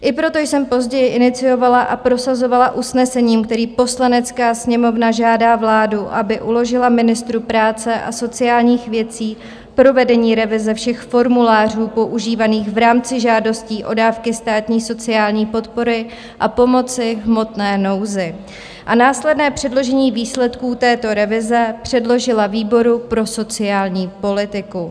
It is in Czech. I proto jsem později iniciovala a prosazovala usnesení, kterým Poslanecká sněmovna žádá vládu, aby uložila ministru práce a sociálních věcí provedení revize všech formulářů používaných v rámci žádostí o dávky státní sociální podpory a pomoci v hmotné nouzi a následné předložení výsledků této revize předložila výboru pro sociální politiku.